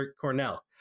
Cornell